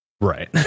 Right